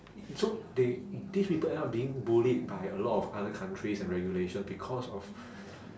so they these people end up being bullied by a lot of other countries and regulation because of